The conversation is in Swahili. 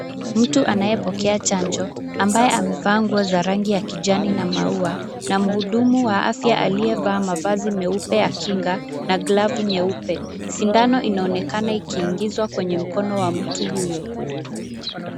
Mtu anayepokea chanjo, ambaye amevaa nguo za rangi ya kijani na maua na mhudumu wa afya aliyevaa mavazi meupe ya kinga na glavu nyeupe. Sindano inaonekana ikiingizwa kwenye mkono wa mtu huyo.